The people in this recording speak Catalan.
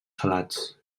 salats